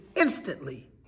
instantly